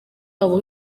wabo